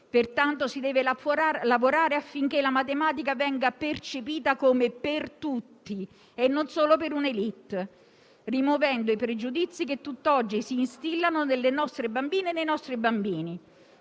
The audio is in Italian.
Pertanto, si deve lavorare affinché la matematica venga percepita come per tutti e non solo per un'*élite*, rimuovendo i pregiudizi che tutt'oggi si instillano nelle nostre bambine e nei nostri bambini.